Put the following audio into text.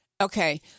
Okay